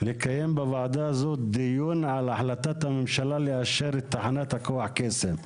לקיים בוועדה הזאת דיון על החלטת הממשלה לאשר את תחנת הכוח קסם.